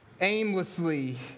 aimlessly